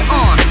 on